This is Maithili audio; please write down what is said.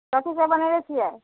कथी सब बनयले छियै